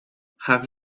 have